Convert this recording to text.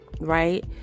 right